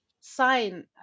sign